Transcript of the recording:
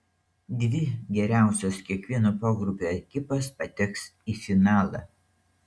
dvi geriausios kiekvieno pogrupio ekipos pateks į finalą